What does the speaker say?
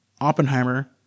Oppenheimer